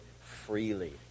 freely